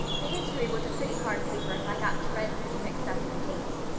the history was a pretty hard paper and i got dreadfully mixed up in the dates.